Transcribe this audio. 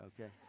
okay